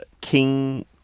King